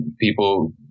people